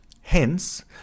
Hence